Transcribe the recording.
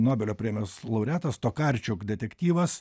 nobelio premijos laureatas tokarčiok detektyvas